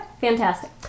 fantastic